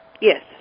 Yes